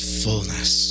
fullness